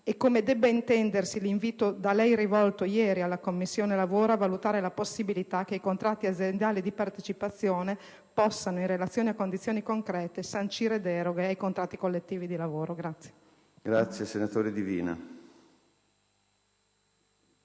e come debba intendersi l'invito, da lei rivolto ieri alla Commissione lavoro, a valutare la possibilità che i contratti aziendali di partecipazione possano, in relazione a condizioni concrete, sancire deroghe ai contratti collettivi di lavoro.